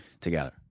together